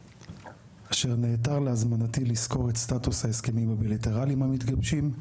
אשר נעתר להזמנתי לסקור את סטאטוס ההסכמים הבילטרליים המתגבשים,